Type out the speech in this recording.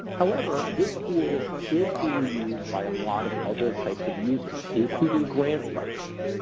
however, this tool is being used by a lot of other types of users, including grant writers.